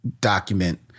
document